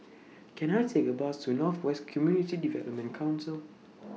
Can I Take A Bus to North West Community Development Council